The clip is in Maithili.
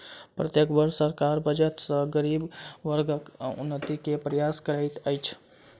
प्रत्येक वर्ष सरकार बजट सॅ गरीब वर्गक उन्नति के प्रयास करैत अछि